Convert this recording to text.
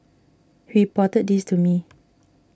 he reported this to me